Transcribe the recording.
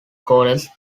goddess